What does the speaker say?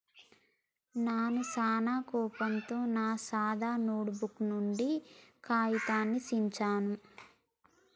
నాను సానా కోపంతో నా సాదా నోటుబుక్ నుండి కాగితాన్ని చించాను